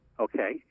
Okay